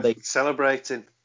celebrating